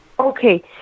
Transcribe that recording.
Okay